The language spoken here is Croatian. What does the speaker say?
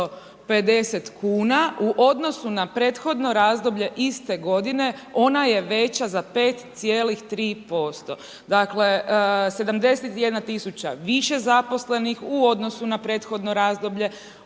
250 kuna u odnosu na prethodno razdoblje iste godine, ona je veća za 5,3%. Dakle 71 tisuća više zaposlenih u odnosu na prethodno razdoblje,